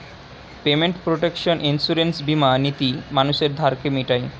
payment protection insurance বীমা নীতি মানুষের ধারকে মিটায়